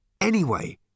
Anyway